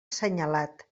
assenyalat